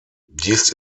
dies